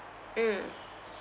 mm